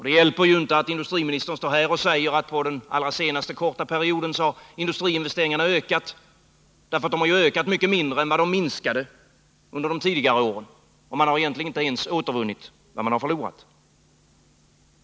Det hjälper inte att industriministern står här och säger att industriinvesteringarna har ökat under den allra senaste korta perioden. De har ju ökat mycket mindre än de minskade under de tidigare åren. Man har egentligen inte ens återvunnit det som förlorats.